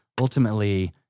ultimately